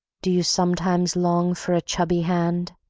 do you sometimes long for a chubby hand,